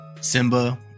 Simba